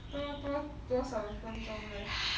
多多少分钟 left